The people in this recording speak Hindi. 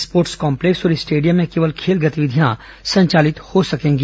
स्पोटर्स काम्प्लेक्स और स्टेडियम में केवल खेल गतिविधियां संचालित हो सकेंगी